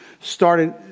started